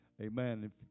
amen